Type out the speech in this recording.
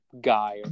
Guy